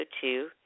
Two